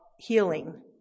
healing